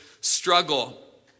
struggle